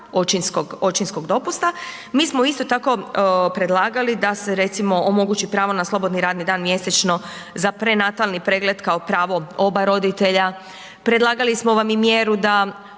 očinskog dopusta. Mi smo isto tako predlagali da se recimo omogući pravo na slobodni radni dan mjesečno za prenatalni pregled kao pravo oba roditelja, predlagali smo vam i mjeru da